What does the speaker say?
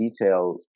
detail